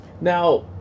now